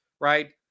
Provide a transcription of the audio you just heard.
right